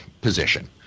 position